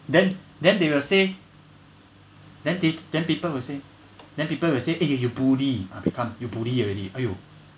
then then they will say then p~ then people will say then people will say eh you bully uh become you bully already !aiyo!